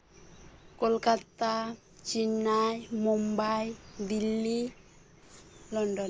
Kolkata Chennai Mumbai Delhi London